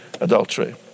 adultery